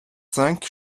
cinq